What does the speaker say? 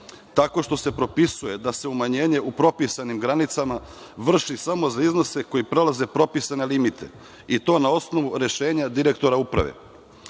tako što se propisuje da se umanjenje u propisanim granicama vrši samo za iznose koji prelaze propisane limite i to na osnovu rešenja direktora uprave.